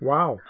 Wow